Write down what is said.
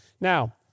Now